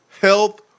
Health